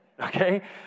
okay